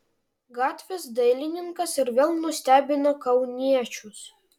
gatvės dailininkas ir vėl nustebino kauniečius